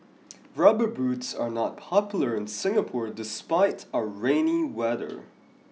rubber boots are not popular in Singapore despite our rainy weather